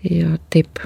jo taip